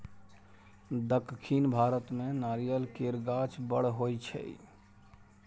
दक्खिन भारत मे नारियल केर गाछ बड़ होई छै